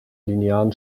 linearen